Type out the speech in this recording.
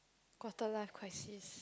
quarter life crisis